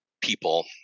people